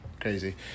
crazy